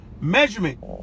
measurement